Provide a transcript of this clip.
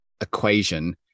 equation